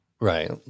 Right